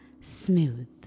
smooth